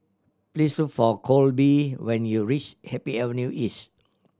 please look for Kolby when you reach Happy Avenue East